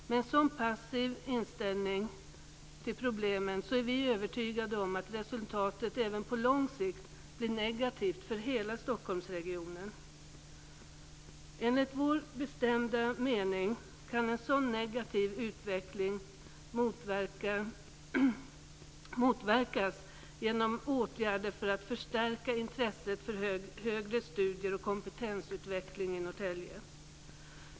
Med en sådan passiv inställning till problemen är vi övertygade om att resultatet även på lång sikt blir negativt för hela Enligt vår bestämda mening kan en sådan negativ utveckling motverkas genom åtgärder för att förstärka intresset för högre studier och kompetensutveckling i Norrtälje.